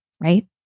right